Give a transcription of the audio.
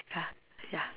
ya ya